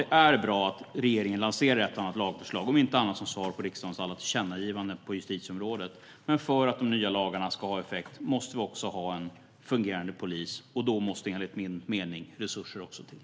Det är bra att regeringen lanserar ett och annat lagförslag, om inte annat som svar på riksdagens alla tillkännagivanden på justitieområdet. För att de nya lagarna ska ha effekt måste vi dock ha en fungerande polis, och då måste enligt min mening resurser till.